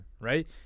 right